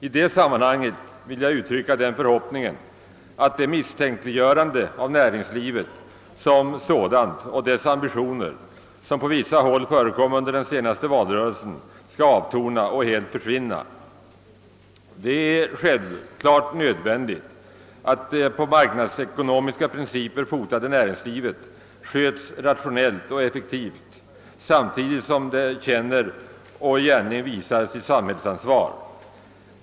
I det sammanhanget vill jag uttrycka den förhoppningen, att det misstänkliggörande av näringslivet som sådant och dess ambitioner, som på vissa håll förekom under den senaste valrörelsen, skall avtona och helt försvinna. Det är självklart nödvändigt att det på marknadsekonomiska principer fotade näringslivet sköts rationellt och effektivt samtidigt som det känner och i gärning visar sitt samhällsansvar.